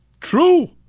true